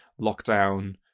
lockdown